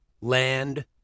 land